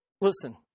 Listen